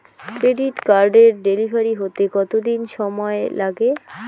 Credit কার্ডের delivery হতে কতদিন সময় লাগে?